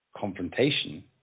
confrontation